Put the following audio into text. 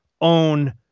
own